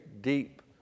deep